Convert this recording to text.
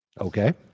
Okay